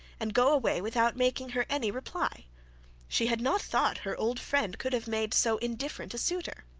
and go away without making her any reply she had not thought her old friend could have made so indifferent a suitor.